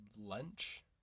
lunch